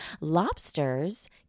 lobsters